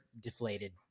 deflated